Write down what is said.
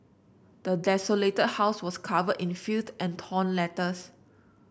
the desolated house was covered in filth and torn letters